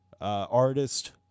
artist